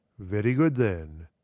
very good then.